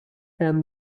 and